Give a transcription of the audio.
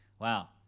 wow